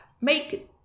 make